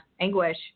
anguish